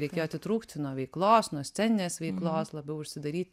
reikėjo atitrūkti nuo veiklos nuo sceninės veiklos labiau užsidaryt